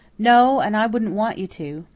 no and i wouldn't want you to.